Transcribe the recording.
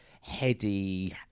heady